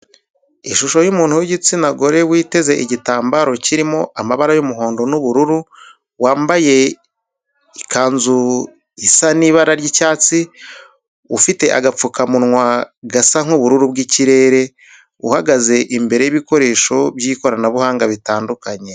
Ishusho y'umuntu w'igitsina gore witeze igitambaro kirimo amabara y'umuhondo n'ubururu, wambaye ikanzu isa n'ibara ry'icyatsi, ufite agapfukamunwa gasa nk'ubururu bw'ikirere, uhagaze imbere y'ibikoresho by'ikoranabuhanga bitandukanye.